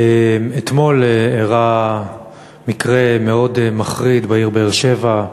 אתמול אירע מקרה מאוד מחריד בעיר באר-שבע,